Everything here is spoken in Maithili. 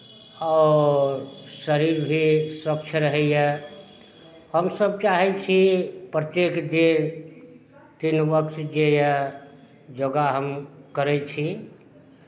आओर शरीर भी स्वस्थ रहैए हमसभ चाहै छी प्रत्येक दिन तीन वक्त जे यए योगा हम करै छी